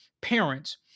parents